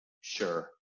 sure